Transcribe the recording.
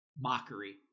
mockery